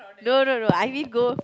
no no no I mean go